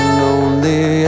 lonely